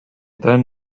then